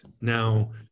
Now